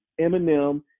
Eminem